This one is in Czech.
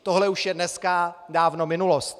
Tohle už je dneska dávno minulost.